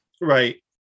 right